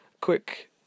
quick